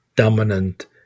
dominant